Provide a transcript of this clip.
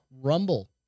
Rumble